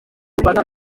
muri